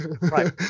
right